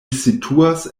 situas